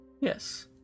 Yes